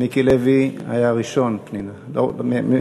מיקי לוי היה הראשון יורד.